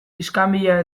iskanbilak